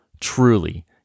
Truly